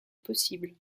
possible